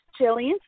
Jillian